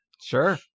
sure